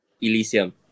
Elysium